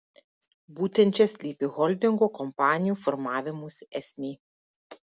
būtent čia slypi holdingo kompanijų formavimosi esmė